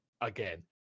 again